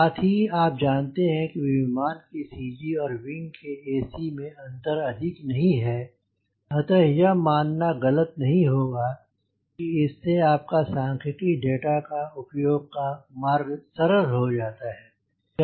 साथ ही आप जानते हैं कि विमान की सी जी और विंग के एसी में अंतर अधिक नहीं है अतः यह मानना गलत नहीं है कि इससे आपका सांख्यिकी डेटा के उपयोग का मार्ग सरल हो जाता है